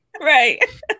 Right